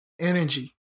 energy